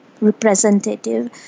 representative